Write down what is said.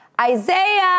Isaiah